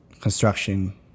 construction